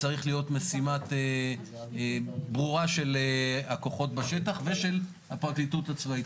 צריכה להיות משימה ברורה של הכוחות בשטח ושל הפרקליטות הצבאית.